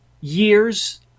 years